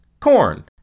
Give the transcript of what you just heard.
corn